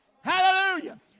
Hallelujah